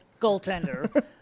goaltender